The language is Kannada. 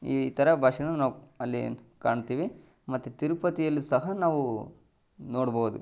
ಈ ಥರ ಭಾಷೆನೂ ನಾವು ಅಲ್ಲಿ ಕಾಣ್ತೀವಿ ಮತ್ತು ತಿರುಪತಿಯಲ್ಲೂ ಸಹ ನಾವು ನೋಡ್ಬೌದು